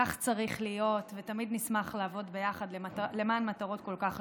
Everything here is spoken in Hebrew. כך צריך להיות ותמיד נשמח לעבוד ביחד למען מטרות כל כך חשובות.